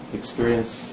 experience